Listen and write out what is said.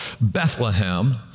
Bethlehem